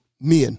men